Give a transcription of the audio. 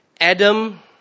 Adam